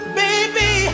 baby